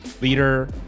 leader